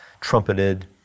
trumpeted